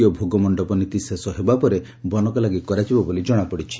ଦ୍ୱିତୀୟ ଭୋଗ ମଣ୍ଡପ ନୀତି ଶେଷ ହେବା ପରେ ବନକଲାଗି କରାଯିବ ବୋଲି ଜଣାପଡ଼ିଛି